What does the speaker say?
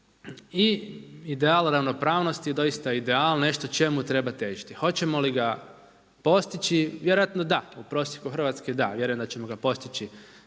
i ideala ravnopravnosti doista ideal, nešto čemu treba težiti. Hoćemo li ga postići? Vjerojatno da. U prosjeku Hrvatske da, vjerujem da ćemo ga postići